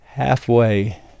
Halfway